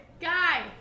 Guy